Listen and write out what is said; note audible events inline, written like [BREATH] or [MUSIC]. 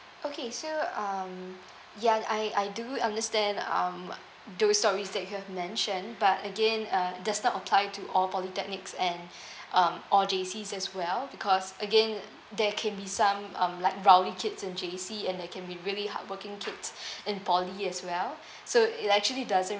okay so um ya I I do understand um those stories that you have mentioned but again uh does not apply to all polytechnics and [BREATH] um or J_Cs as well because again there can be some um like rowdy kids in J_C and there can be really hard working kids in poly as well so it actually doesn't